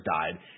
died